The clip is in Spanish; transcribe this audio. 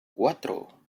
cuatro